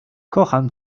kocham